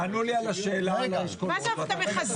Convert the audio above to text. של מי?